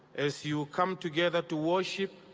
as you come together to worship,